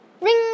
Ring